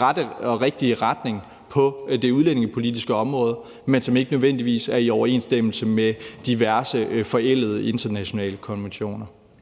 rette og rigtige retning på det udlændingepolitiske område, men som ikke nødvendigvis er i overensstemmelse med diverse forældede internationale konventioner.